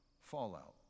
fallout